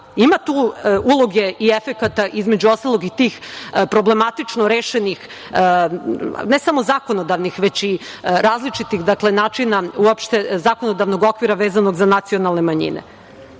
Ima tu uloge i efekata, između ostalog, i tih problematično rešenih ne samo zakonodavnih, već i različitih načina uopšte zakonodavnog okvira vezano za nacionalne manjine. Prema